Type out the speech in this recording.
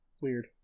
Weird